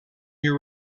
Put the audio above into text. year